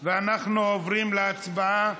להצעת החוק, ואנחנו עוברים להצבעה